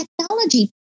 technology